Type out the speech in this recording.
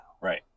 Right